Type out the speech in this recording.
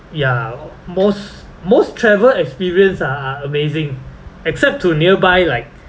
ya most most travel experience are are amazing except to nearby like